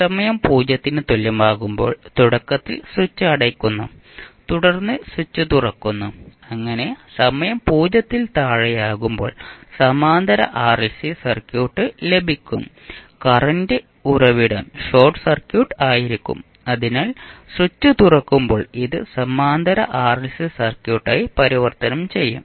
സമയം 0 ന് തുല്യമാകുമ്പോൾ തുടക്കത്തിൽ സ്വിച്ച് അടയ്ക്കുന്നു തുടർന്ന് സ്വിച്ച് തുറക്കുന്നു അങ്ങനെ സമയം 0 ൽ താഴെയാകുമ്പോൾ സമാന്തര ആർഎൽസി സർക്യൂട്ട് ലഭിക്കും കറന്റ് ഉറവിടം ഷോർട്ട് സർക്യൂട്ട് ആയിരിക്കും അതിനാൽ സ്വിച്ച് തുറക്കുമ്പോൾ ഇത് സമാന്തര ആർഎൽസി സർക്യൂട്ടായി പരിവർത്തനം ചെയ്യും